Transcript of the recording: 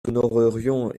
honorerions